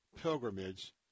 pilgrimage